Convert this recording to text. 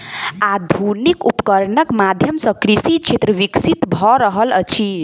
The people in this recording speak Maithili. आधुनिक उपकरणक माध्यम सॅ कृषि क्षेत्र विकसित भ रहल अछि